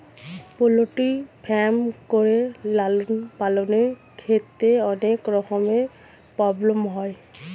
poultry farm করে লালন পালনের ক্ষেত্রে অনেক রকমের প্রব্লেম হয়